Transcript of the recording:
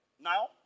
Now